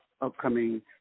upcoming